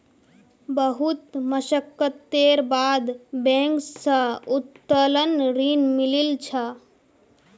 बहुत मशक्कतेर बाद बैंक स उत्तोलन ऋण मिलील छ